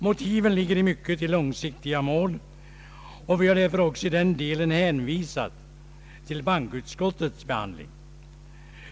Motiven ligger i mycket i långsiktiga mål, och vi har därför också i den delen hänvisat till bankoutskottets behandling.